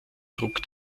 trug